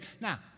now